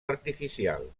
artificial